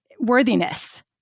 worthiness